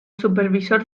supervisor